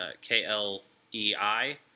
K-L-E-I